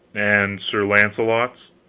and sir launcelot's?